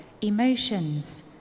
emotions